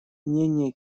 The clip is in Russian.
мнения